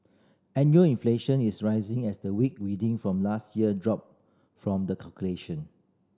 annual inflation is rising as the weak reading from last year drop from the calculation